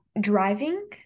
driving